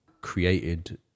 created